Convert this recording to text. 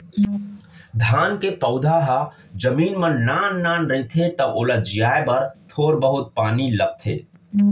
धान के पउधा ह जमीन म नान नान रहिथे त ओला जियाए बर थोर बहुत पानी लगथे